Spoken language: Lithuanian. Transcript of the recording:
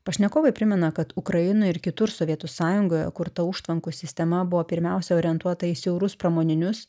pašnekovai primena kad ukrainoj ir kitur sovietų sąjungoje kurta užtvankų sistema buvo pirmiausia orientuota į siaurus pramoninius